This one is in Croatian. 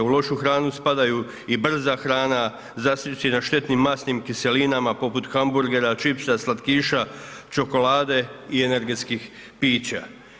U lošu hranu spadaju i brza hrana, zasićena štetnim masnim kiselinama poput hamburgera, čipsa, slatkiša, čokolade i energetskih pića.